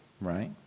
right